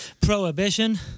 prohibition